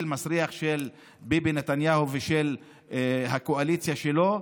מסריח של ביבי נתניהו ושל הקואליציה שלו.